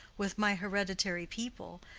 with my hereditary people,